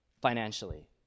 financially